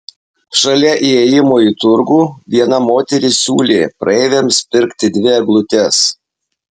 šalia įėjimo į turgų viena moteris siūlė praeiviams pirkti dvi eglutes